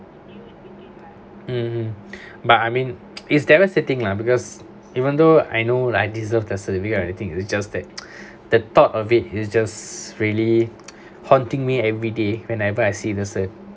um but I mean it's devastating lah because even though I know like I deserve the certificate or anything it's just that the thought of it is just really haunting me every day whenever I see the cert